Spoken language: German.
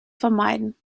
vermeiden